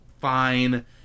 fine